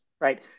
right